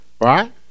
right